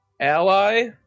ally